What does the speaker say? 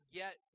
get